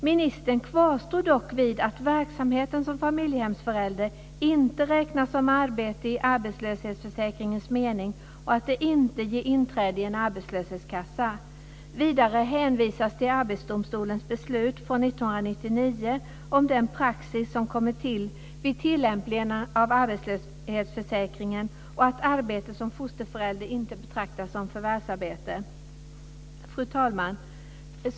Ministern kvarstår dock vid att verksamheten som familjehemsförälder inte räknas som arbete i arbetslöshetsförsäkringens mening och att det inte ger inträde i en arbetslöshetskassa. Vidare hänvisas till Arbetsdomstolens beslut från 1999 om den praxis som kommit till vid tillämpningen av arbetslöshetsförsäkringen och att arbete som fosterförälder inte betraktas som förvärvsarbete. Fru talman!